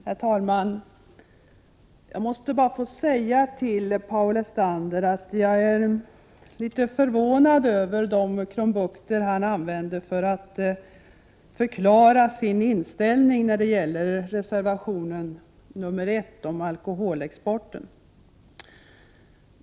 Herr talman! Jag måste bara få säga till Paul Lestander att jag är litet förvånad över de krumbukter han använder för att förklara sin inställning till reservation nr 1, om alkoholexporten.